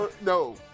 No